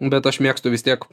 bet aš mėgstu vis tiek